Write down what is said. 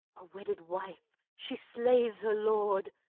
a wedded wife, she slays her lord,